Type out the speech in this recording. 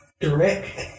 direct